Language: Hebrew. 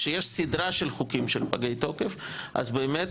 כשיש סדרה של חוקים של פגי תוקף אז באמת